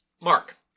Mark